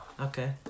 Okay